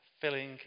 filling